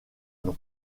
nom